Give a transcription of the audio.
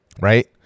right